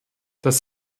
dass